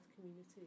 community